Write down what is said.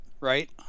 Right